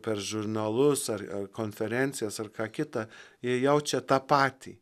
per žurnalus ar ar konferencijas ar ką kitą jie jaučia tą patį